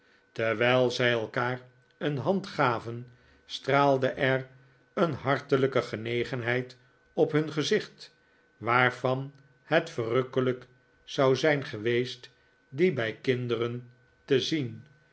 terwijl zij elkaar een hand gaven straalde er een siartelijke genegenheid op hun gezicht waarvan het verrukkelijk zou zijn geweest die bij kinderen te zien